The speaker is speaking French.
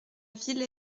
ville